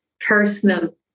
personal